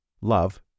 Love